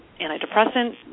antidepressant